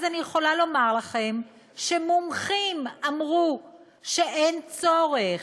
אז אני יכולה לומר לכם שמומחים אמרו שאין צורך.